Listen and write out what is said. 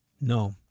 No